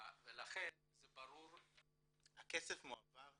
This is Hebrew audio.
ולכן זה ברור --- הכסף מועבר,